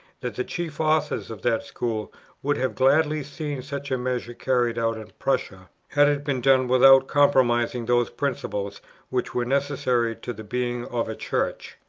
that the chief authors of that school would have gladly seen such a measure carried out in prussia, had it been done without compromising those principles which were necessary to the being of a church.